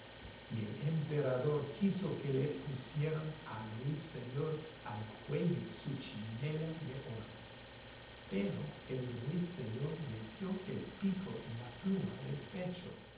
y el emperador quiso que le pusieran al ruiseñor al cuello su chinela de oro pero el ruiseñor metió el pico en la pluma del pecho